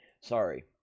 Sorry